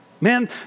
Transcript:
Man